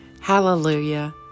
Hallelujah